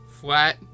flat